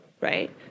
right